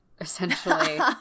essentially